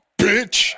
bitch